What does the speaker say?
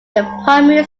primary